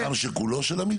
זה מתחם שכולו של עמידר?